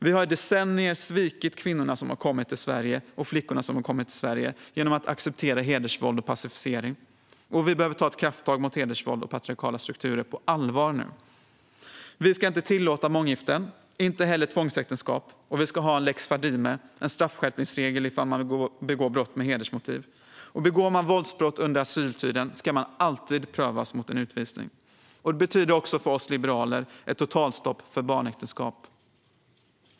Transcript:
Vi har i decennier svikit flickorna och kvinnorna som har kommit till Sverige genom att acceptera hedersvåld och pacificering, och nu behöver vi på allvar ta ett krafttag mot hedersvåld och patriarkala strukturer. Vi ska varken tillåta månggifte eller tvångsäktenskap, och vi ska ha en lex Fadime, en straffskärpningsregel om man begår brott med hedersmotiv. Begår man våldsbrott under asyltiden ska man alltid prövas mot en utvisning. För oss liberaler betyder detta också ett totalstopp för barnäktenskap.